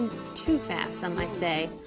too fast, some might say.